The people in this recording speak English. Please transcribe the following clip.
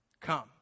Come